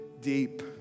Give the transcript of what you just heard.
deep